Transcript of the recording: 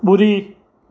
ॿुड़ी